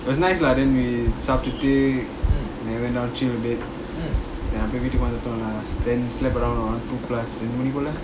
it was nice lah then we சாப்ட்டுட்டு:saptu then went down chill a bit அப்புறம்வீட்டுக்குவந்துதூங்குனேன்:apuram veetuku vandhu thoonguven lah then slept around on two plus